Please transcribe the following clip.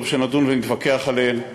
טוב שנדון ונתווכח עליהן.